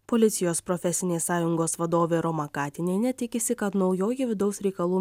policijos profesinės sąjungos vadovė roma katinienė tikisi kad naujoji vidaus reikalų